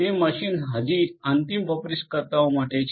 તે મશીન હજી અંતિમ વપરાશકર્તા માટે છે